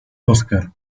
óscar